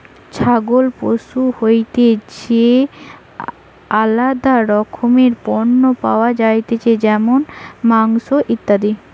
ছাগল পশু হইতে যে আলাদা রকমের পণ্য পাওয়া যাতিছে যেমন মাংস, ইত্যাদি